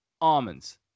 almonds